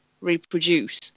reproduce